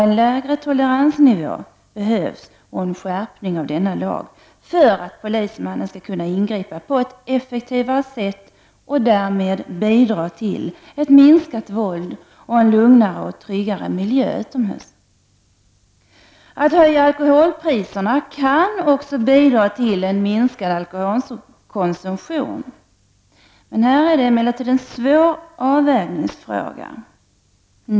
En lägre toleransnivå behövs, liksom en skärpning av 13§ i polislagen, för att polismannen skall kunna ingripa på ett effektivare sätt och därmed bidra till ett minskat våld och en lugnare och tryggare miljö utomhus. Att höja alkoholpriserna kan också bidra till en minskning av alkoholkonsumtionen. Det är emellertid en svår avvägningsfråga.